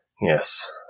Yes